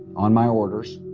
on my orders.